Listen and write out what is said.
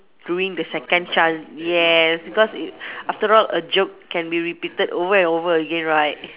ruin the second chance yes because it after all a joke can be repeated over and over again right